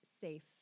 safe